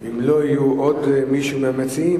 אם לא יהיה עוד מישהו מהמציעים,